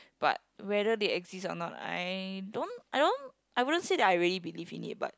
but whether they exist or not I don't I don't I wouldn't say that I really believe in it but